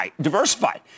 Diversified